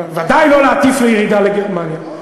בוודאי לא להטיף לירידה לגרמניה.